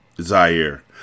Zaire